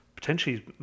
Potentially